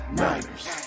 niners